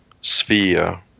sphere